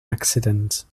accident